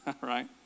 right